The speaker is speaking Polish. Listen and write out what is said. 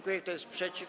Kto jest przeciw?